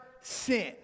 sin